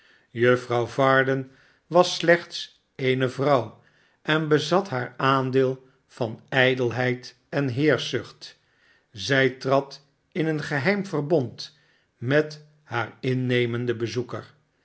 juffrouw varden was slechts eene vrouw en bezat haar aandeelvan ijdelheid en heerschzucht zij trad in een geheim verbond met haar innemenden bezoeker